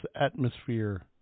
atmosphere